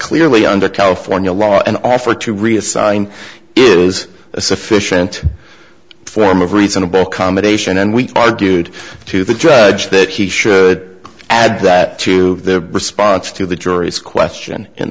clearly under california law and offer to reassign is a sufficient form of reasonable accommodation and we argued to the judge that he should add that to the response to the jury's question in